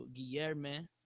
Guilherme